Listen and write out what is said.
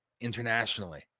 internationally